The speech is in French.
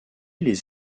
les